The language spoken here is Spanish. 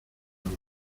luna